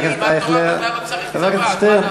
אנחנו באותו נושא,